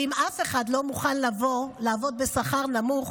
ואם אף אחד לא מוכן לבוא לעבוד בשכר נמוך,